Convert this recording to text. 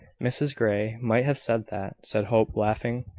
mrs grey might have said that, said hope, laughing.